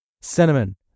Cinnamon